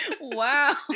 Wow